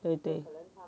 对对